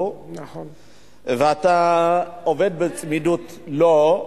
ואתה עובד בצמידות לו,